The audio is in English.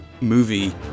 movie